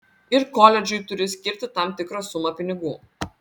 ir koledžui turiu skirti tam tikrą sumą pinigų